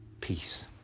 Peace